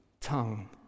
tongue